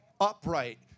upright